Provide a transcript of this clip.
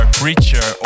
preacher